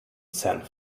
san